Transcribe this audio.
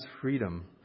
freedom